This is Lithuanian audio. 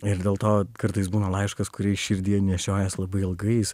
ir dėl to kartais būna laiškas kurį širdyje nešiojies labai ilgai jis